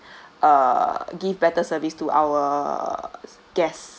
uh give better service to our guests